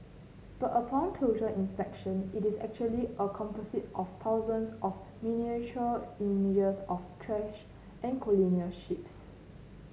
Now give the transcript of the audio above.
but upon closer inspection it is actually a composite of thousands of miniature images of trash and colonial ships